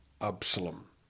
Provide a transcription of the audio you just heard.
Absalom